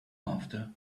after